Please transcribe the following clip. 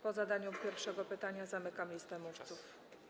Po zadaniu pierwszego pytania zamykam listę mówców.